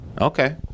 Okay